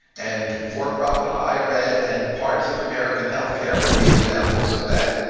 and for profit higher ed and parts of american healthcare would be examples of that.